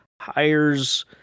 hires